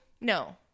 No